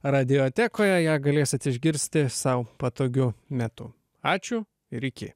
radiotekoje ją galėsit išgirsti sau patogiu metu ačiū ir iki